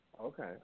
Okay